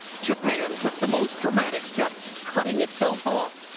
japan took the most dramatic step cutting itself off,